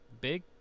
big